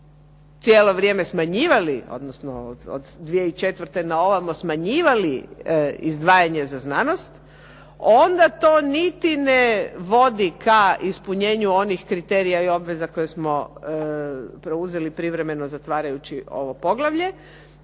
cijelo vrijeme smanjivali, odnosno od 2004. na ovamo smanjivali izdvajanje za znanost, onda to niti ne vodi ka ispunjenju onih kriterija i obveza koje smo preuzeli privremeno zatvarajući ovo poglavlje,